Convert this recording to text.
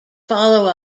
follow